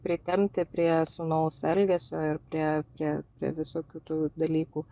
pritempti prie sūnaus elgesio ir prie prie prie visokių tų dalykų